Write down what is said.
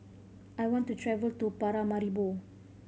I want to travel to Paramaribo